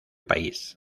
país